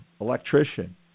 electrician